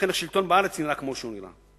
לכן השלטון בארץ נראה כמו שהוא נראה.